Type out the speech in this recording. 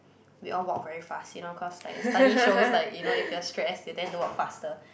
we all walk very fast you know cause like study shows like you know if you're stress you tend to walk faster